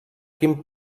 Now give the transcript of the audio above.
quin